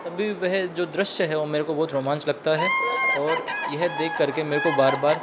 तब भी वह जो दृश्य है वो मेरे को बहुत रोमांच लगता है और यह देख करके मेरे को बार बार